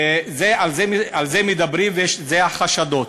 ועל זה מדברים, אלה החשדות.